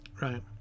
right